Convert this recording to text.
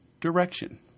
Direction